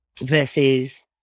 versus